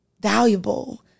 valuable